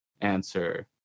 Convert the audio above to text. Answer